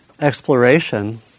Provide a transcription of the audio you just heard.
exploration